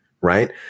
right